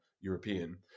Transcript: European